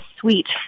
sweet